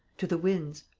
to the winds!